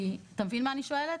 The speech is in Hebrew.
אתה מבין מה אני שואלת?